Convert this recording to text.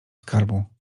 skarbu